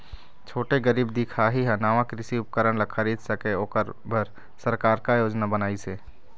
छोटे गरीब दिखाही हा नावा कृषि उपकरण ला खरीद सके ओकर बर सरकार का योजना बनाइसे?